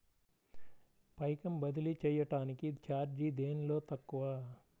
పైకం బదిలీ చెయ్యటానికి చార్జీ దేనిలో తక్కువ?